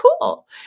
cool